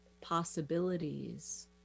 possibilities